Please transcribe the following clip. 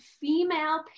female